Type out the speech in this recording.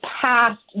past